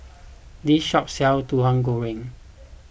this shop sells Tauhu Goreng